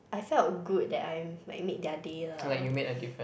I felt good that I like made their day lah